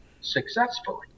successfully